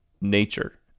nature